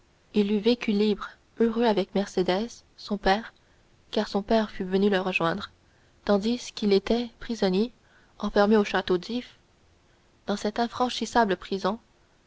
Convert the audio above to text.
il eût vécu libre heureux avec mercédès son père car son père fût venu le rejoindre tandis qu'il était prisonnier enfermé au château d'if dans cette infranchissable prison